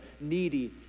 needy